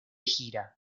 gira